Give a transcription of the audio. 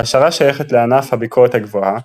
ההשערה שייכת לענף "הביקורת הגבוהה",